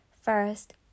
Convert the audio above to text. first